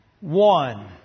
one